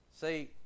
See